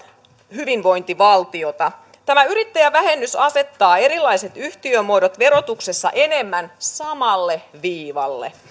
hyvinvointivaltiota tämä yrittäjävähennys asettaa erilaiset yhtiömuodot verotuksessa enemmän samalle viivalle